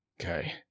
okay